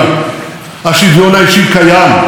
השוויון האישי קיים וימשיך להתקיים.